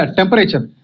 temperature